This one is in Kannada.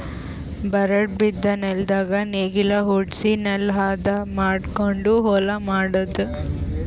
ಬರಡ್ ಬಿದ್ದ ನೆಲ್ದಾಗ ನೇಗಿಲ ಹೊಡ್ಸಿ ನೆಲಾ ಹದ ಮಾಡಕೊಂಡು ಹೊಲಾ ಮಾಡದು